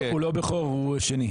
הוא לא הבכור, הוא השני.